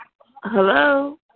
Hello